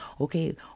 okay